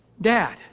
Dad